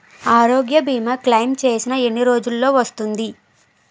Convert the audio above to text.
ఆరోగ్య భీమా క్లైమ్ చేసిన ఎన్ని రోజ్జులో వస్తుంది?